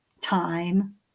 Time